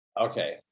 Okay